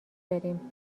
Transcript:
داریم